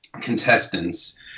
contestants